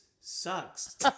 sucks